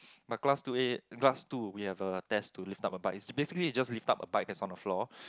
but class two A class two we have a test to lift up a bike it's basically just lift up a bike that's on the floor